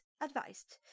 advised